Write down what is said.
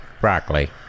broccoli